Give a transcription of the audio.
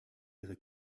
ihre